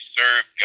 serve